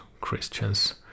Christians